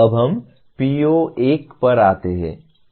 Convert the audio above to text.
अब हम PO1 पर आते हैं